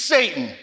Satan